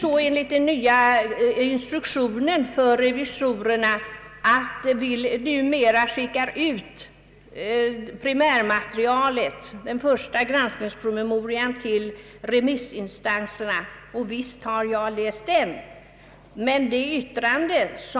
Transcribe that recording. I enlighet med den nya instruktionen skickar revisorerna numera ut primärmaterialet — den första granskningspromemorian — på remiss. Visst har jag läst remissyttrandena.